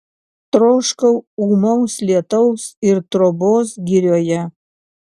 troškau ūmaus lietaus ir trobos girioje